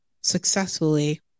successfully